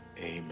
Amen